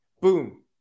boom